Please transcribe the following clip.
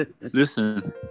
listen